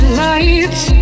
lights